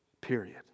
Period